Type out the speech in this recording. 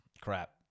Crap